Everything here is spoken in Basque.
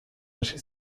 hasi